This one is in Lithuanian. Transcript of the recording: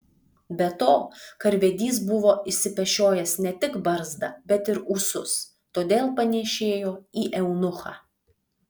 be to karvedys buvo išsipešiojęs ne tik barzdą bet ir ūsus todėl panėšėjo į eunuchą